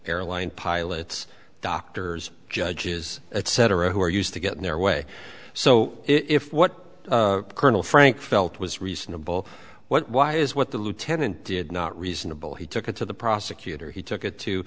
airline pilots doctors judges etc who are used to getting their way so if what colonel frank felt was reasonable what why is what the lieutenant did not reasonable he took it to the prosecutor he took it to